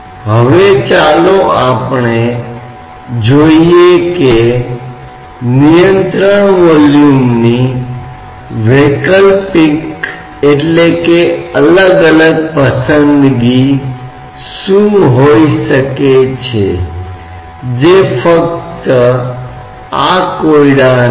हम मानते हैं कि एक तरल पदार्थ की एक स्वतंत्र सतह है द्रव यांत्रिकी में एक प्रतीक है जिसे हम एक स्वतंत्र सतह को नामित करने के लिए उपयोग करेंगे यह एक त्रिभुज है जिसमें दो बहुत छोटी क्षैतिज रेखाएं होती हैं